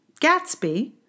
Gatsby